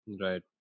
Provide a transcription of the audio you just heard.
Right